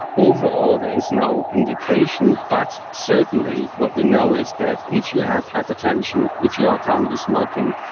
overall there is no indication but certainly what we know is that if you have hypertension, if you are currently smoking,